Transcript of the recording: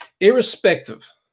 Irrespective